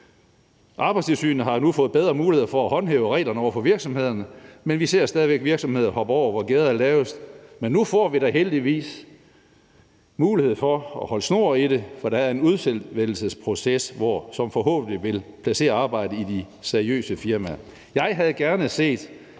Arbejdstilsynet har nu fået bedre muligheder for at håndhæve reglerne over for virksomhederne, men vi ser stadig væk virksomheder hoppe over, hvor gærdet er lavest. Men nu får vi da heldigvis mulighed for at holde snor i det, for der er en udvælgelsesproces, som forhåbentlig vil placere arbejdet i de seriøse firmaer. Jeg havde gerne set